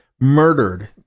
murdered